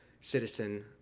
citizen